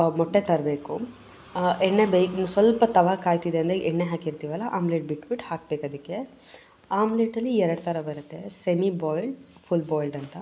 ಮೊಟ್ಟೆ ತರಬೇಕು ಎಣ್ಣೆ ಬೇಯ್ಸ್ ಸ್ವಲ್ಪ ತವಾ ಕಾಯ್ತಿದೆ ಅಂದರೆ ಎಣ್ಣೆ ಹಾಕಿರ್ತೀವಲ್ಲ ಆಮ್ಲೇಟ್ ಬಿಟ್ಬಿಟ್ಟು ಹಾಕ್ಬೇಕು ಅದಕ್ಕೆ ಆಮ್ಲೇಟಲ್ಲಿ ಎರಡು ಥರ ಬರುತ್ತೆ ಸೆಮಿ ಬಾಯಿಲ್ಡ್ ಫುಲ್ ಬಾಯಿಲ್ಡ್ ಅಂತ